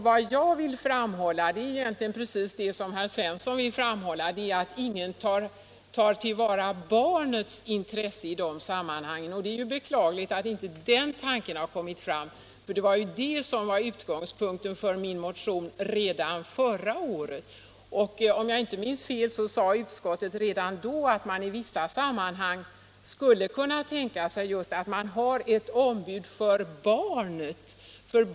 Vad jag vill framhålla är egentligen precis detsamma som herr Svensson vill framhålla, nämligen att ingen tar till vara barnets intressen i de sammanhangen. Det är beklagligt att inte den tanken har kommit fram. Det var detta som var utgångspunkten för min motion redan förra året. Om jag inte minns fel sade utskottet redan då att man i vissa sammanhang skulle kunna tänka sig att vi har ett ombud för barnets rätt.